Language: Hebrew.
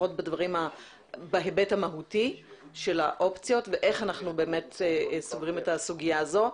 לפחות בהיבט המהותי של האופציות ואיך אנחנו באמת סוגרים את הסוגיה הזו.